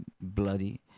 bloody